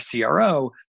cro